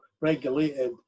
regulated